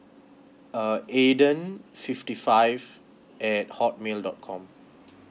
uh aden fifty five at hotmail dot com